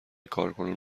کارکنان